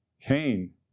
Cain